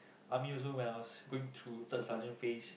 army also when I was going through third sergeant phase